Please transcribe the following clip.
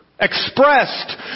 Expressed